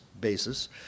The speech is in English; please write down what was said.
basis